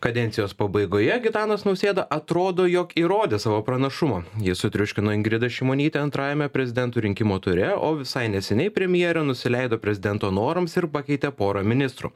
kadencijos pabaigoje gitanas nausėda atrodo jog įrodė savo pranašumą jis sutriuškino ingridą šimonytę antrajame prezidento rinkimų ture o visai neseniai premjerė nusileido prezidento norams ir pakeitė porą ministrų